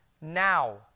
now